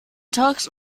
tags